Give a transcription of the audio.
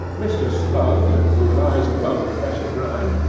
mr. slug, who lies above professor grime,